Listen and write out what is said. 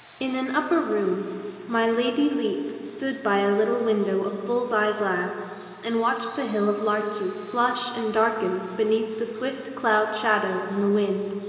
in an upper room my lady lepe stood by a little window of bull's-eye glass and watched the hill of larches flush and darken beneath the swift cloud shadow and the wind.